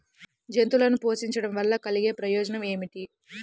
జంతువులను పోషించడం వల్ల కలిగే ప్రయోజనం ఏమిటీ?